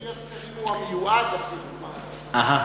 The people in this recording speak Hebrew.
לפי הסקרים הוא המיועד, בסדר.